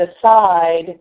decide